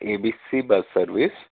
abc bus service